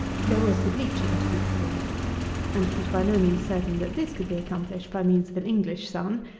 there was the bleaching to be performed and it was by no means certain that this could be accomplished by means of an english sun,